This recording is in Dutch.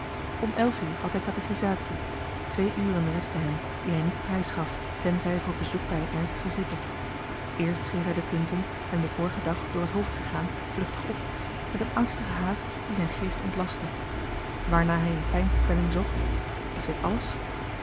om elf uur had hij katechisatie twee uren restten hem die hij niet prijs gaf tenzij voor bezoek bij een ernstigen zieke eerst schreef hij de punten hem den vorigen dag door het hoofd gegaan vluchtig op met een angstige haast die zijn geest ontlastte waarna hij in peinskwelling zocht is dit alles